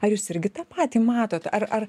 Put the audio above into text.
ar jūs irgi tą patį matot ar ar